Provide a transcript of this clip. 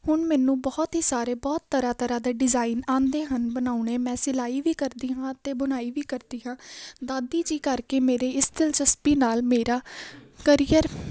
ਹੁਣ ਮੈਨੂੰ ਬਹੁਤ ਹੀ ਸਾਰੇ ਬਹੁਤ ਤਰ੍ਹਾਂ ਤਰ੍ਹਾਂ ਦੇ ਡਿਜ਼ਾਇਨ ਆਉਂਦੇ ਹਨ ਬਣਾਉਣੇ ਮੈਂ ਸਿਲਾਈ ਵੀ ਕਰਦੀ ਹਾਂ ਅਤੇ ਬੁਣਾਈ ਵੀ ਕਰਦੀ ਹਾਂ ਦਾਦੀ ਜੀ ਕਰਕੇ ਮੇਰੇ ਇਸ ਦਿਲਚਸਪੀ ਨਾਲ ਮੇਰਾ ਕਰੀਅਰ